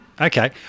Okay